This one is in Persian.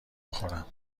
بخورم